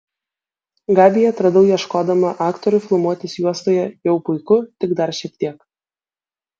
gabiją atradau ieškodama aktorių filmuotis juostoje jau puiku tik dar šiek tiek